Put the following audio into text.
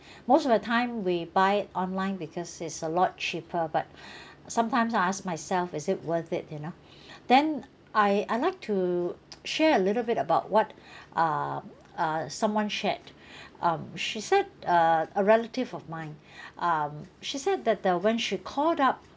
most of the time we buy it online because it's a lot cheaper but sometimes I ask myself is it worth it you know then I I like to share a little bit about what uh uh someone shared um she said uh a relative of mine um she said that uh when she called up